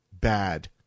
bad